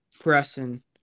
Pressing